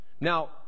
Now